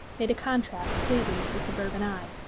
made a contrast pleasing to the suburban eye.